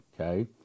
okay